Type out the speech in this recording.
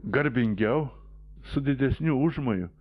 garbingiau su didesniu užmoju